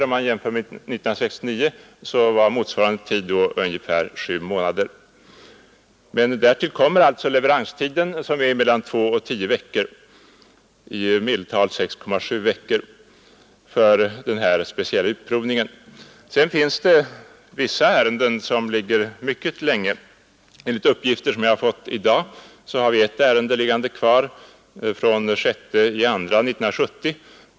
Om man jämför med år 1969 var motsvarande tid då ungefär sju månader. Därtill kommer alltså leveranstiden inklusive den speciella utprovningen som är mellan två och tio veckor och i medeltal 6,7 veckor. Det finns dessutom vissa ärenden som blir liggande mycket länge. Enligt uppgifter som jag har fått i dag finns ett ärende kvar från den 6 februari 1970.